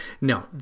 No